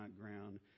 ground